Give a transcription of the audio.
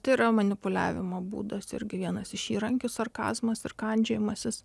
tai yra manipuliavimo būdas irgi vienas iš įrankių sarkazmas kandžiojimasis